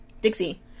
dixie